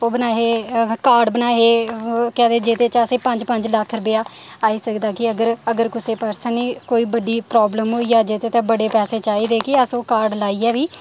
ओह् बनाए हे कार्ड बनाए हे केह् आखदे जेह्दे च असें पंज पंज लक्ख रपेआ आई सकदा कि अगर अगर कुसा पर्सन गी बड्डी प्राब्लम होई जा जेदे ताईं बड़े पैसे चाहिदे कि अस ओह् कार्ड लाइयै बी